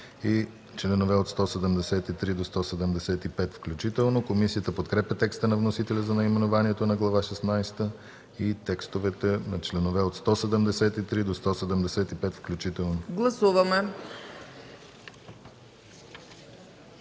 и членове от 173 до 175 включително. Комисията подкрепя текста на вносителя за наименованието на Глава шестнадесета и текстовете на членове от 173 до 175 включително.